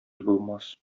булмас